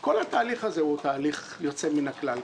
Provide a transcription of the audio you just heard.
כל התהליך הזה הוא תהליך יוצא מן הכלל,